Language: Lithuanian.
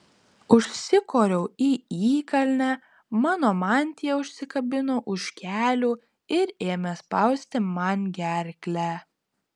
užsikoriau į įkalnę mano mantija užsikabino už kelių ir ėmė spausti man gerklę